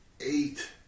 eight